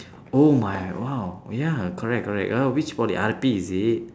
oh my !wow! ya correct correct err which poly R_P is it